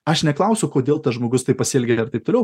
aš neklausiu kodėl tas žmogus taip pasielgė ar taip toliau